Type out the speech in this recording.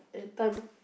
at time